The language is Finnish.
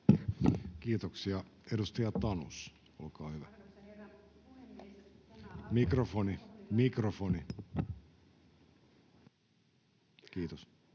Kiitoksia. — Edustaja Tanus, olkaa hyvä. — Mikrofoni. Arvoisa